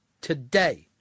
today